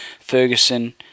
Ferguson